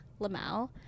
Lamal